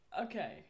Okay